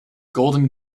golden